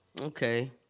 Okay